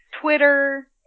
Twitter